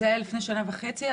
זה היה לפני שנה וחצי.